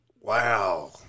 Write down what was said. Wow